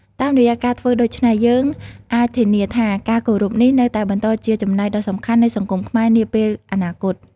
តាមរយៈការធ្វើដូច្នេះ យើងអាចធានាថាការគោរពនេះនៅតែបន្តជាចំណែកដ៏សំខាន់នៃសង្គមខ្មែរនាពេលអនាគត។